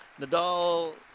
Nadal